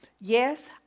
Yes